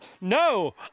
No